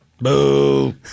Boo